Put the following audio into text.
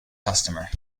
customer